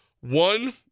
one